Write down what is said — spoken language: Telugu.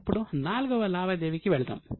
ఇప్పుడు 4 వ లావాదేవీకి వెళ్దాం